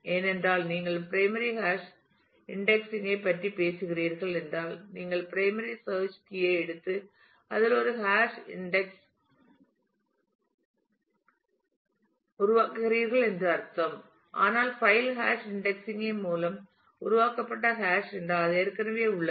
ஏனென்றால் நீங்கள் primary hash indexing ஐ பற்றி பேசுகிறீர்கள் என்றால் நீங்கள் பிரைமரி சேர்ச் கீ யை எடுத்து அதில் ஒரு ஹாஷ் இன்டெக்ஸ் உருவாக்குகிறீர்கள் என்று அர்த்தம் ஆனால் பைல் ஹாஷ் இன்டெக்ஸிங் ஐ மூலம் உருவாக்கப்பட்ட ஹாஷ் என்றால் அது ஏற்கனவே உள்ளது